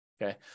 Okay